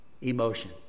emotion